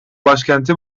başkenti